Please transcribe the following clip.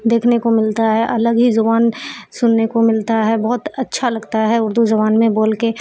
دیکھنے کو ملتا ہے الگ ہی زبان سننے کو ملتا ہے بہت اچھا لگتا ہے اردو زبان میں بول کے